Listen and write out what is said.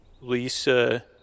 Lisa